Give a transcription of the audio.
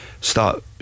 start